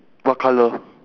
what colour